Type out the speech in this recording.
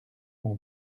mon